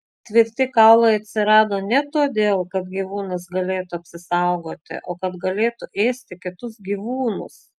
tvirti kaulai atsirado ne todėl kad gyvūnas galėtų apsisaugoti o kad galėtų ėsti kitus gyvūnus